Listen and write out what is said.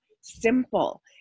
simple